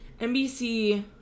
NBC